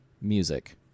music